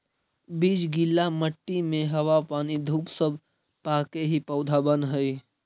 बीज गीला मट्टी में हवा पानी धूप सब पाके ही पौधा बनऽ हइ